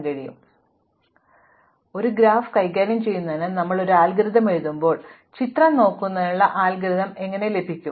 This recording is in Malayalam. പക്ഷേ ഒരു ഗ്രാഫ് കൈകാര്യം ചെയ്യുന്നതിനായി ഞങ്ങൾ ഒരു അൽഗോരിതം എഴുതുമ്പോൾ ചിത്രം നോക്കുന്നതിനുള്ള അൽഗോരിതം എങ്ങനെ ലഭിക്കും